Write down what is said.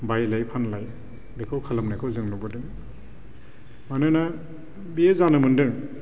बायलाय फानलाय बेखौ खालामनायखौ जों नुबोदों मानोना बियो जानो मोनदों